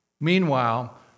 Meanwhile